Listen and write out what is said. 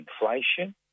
inflation